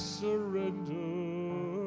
surrender